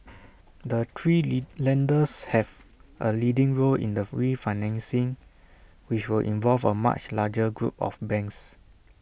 the three lead lenders have A leading role in the refinancing which will involve A much larger group of banks